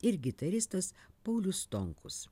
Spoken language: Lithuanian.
ir gitaristas paulius stonkus